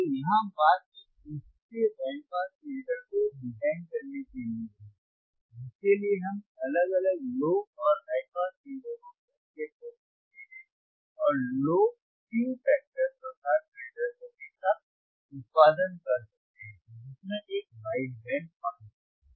तो यहां बात एक निष्क्रिय बैंड पास फिल्टर को डिजाइन करने के लिए है जिसके लिए हम अलग अलग लो और हाई पास फिल्टर को कैस्केड कर सकते हैं और लो Q फैक्टर प्रकार फिल्टर सर्किट का उत्पादन कर सकते हैं जिसमें एक वाइड बैंड पास है